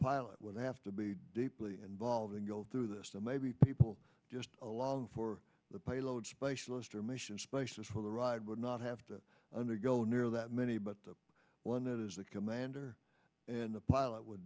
pilot would have to be deeply involved and go through this and maybe people just along for the payload specialist or mission specialist for the ride would not have to undergo near that many but the one that is the commander and the pilot would